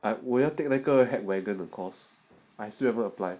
like 我要那个 technical hardware 的 course I still haven't to apply